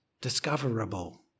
discoverable